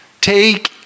Take